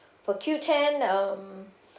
for Qoo ten um